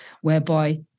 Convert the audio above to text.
whereby